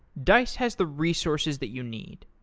dice has the resources that you need.